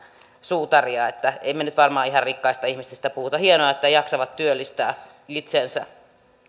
suutaria niin että emme me nyt varmasti ihan rikkaista ihmisistä puhu hienoa että jaksavat työllistää itsensä